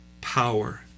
power